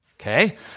Okay